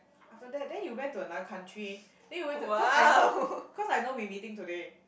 after that then you went to another country then you went to cause I know cause I know we meeting today